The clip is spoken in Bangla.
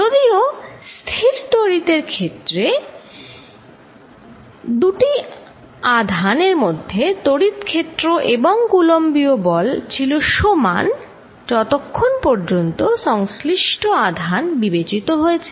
যদিও স্থির তড়িৎ এর ক্ষেত্রে দুইটি আধান এর মধ্যে তড়িৎ ক্ষেত্র এবং কুলম্বীয় বলCoulombs force ছিল সমান যতক্ষণ পর্যন্ত সংশ্লিষ্ট আধান বিবেচিত হয়েছে